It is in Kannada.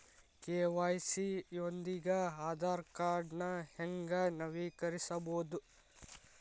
ಕೆ.ವಾಯ್.ಸಿ ಯೊಂದಿಗ ಆಧಾರ್ ಕಾರ್ಡ್ನ ಹೆಂಗ ನವೇಕರಿಸಬೋದ